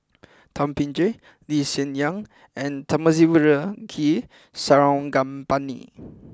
Thum Ping Tjin Lee Hsien Yang and Thamizhavel G Sarangapani